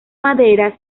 madera